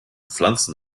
pflanzen